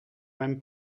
même